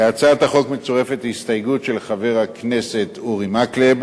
להצעת החוק מצורפת הסתייגות של חבר הכנסת אורי מקלב.